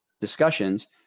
discussions